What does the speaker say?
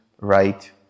right